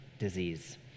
disease